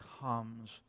comes